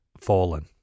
Fallen